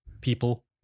people